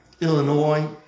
Illinois